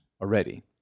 already